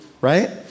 right